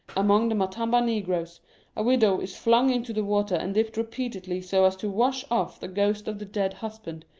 among the matamba negroes a widow is flung into the water and dipped repeatedly so as to wash off the ghost of the dead husband,